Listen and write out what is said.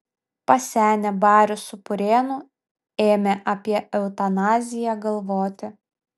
pasenę barius su purėnu ėmė apie eutanaziją galvoti